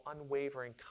unwavering